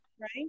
Right